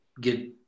get